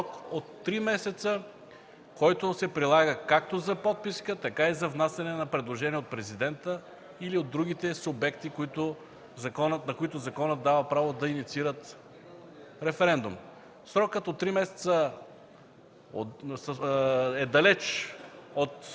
срок от три месеца, който се прилага както за подписка, така и за внасяне на предложение от Президента или от другите субекти, на които законът дава право да инициират референдум. Срокът от три месеца е далеч от